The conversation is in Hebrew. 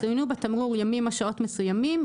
צוינו בתמרור ימים או שעות מסוימים,